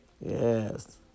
Yes